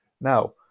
Now